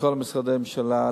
מכל משרדי הממשלה,